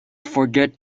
forget